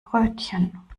brötchen